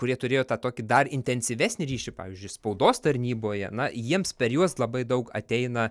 kurie turėjo tą tokį dar intensyvesnį ryšį pavyzdžiui spaudos tarnyboje na jiems per juos labai daug ateina